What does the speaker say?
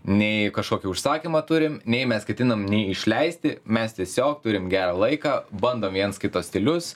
nei kažkokį užsakymą turim nei mes ketinam nei išleisti mes tiesiog turim gerą laiką bandom viens kito stilius